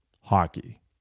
hockey